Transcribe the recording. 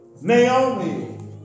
Naomi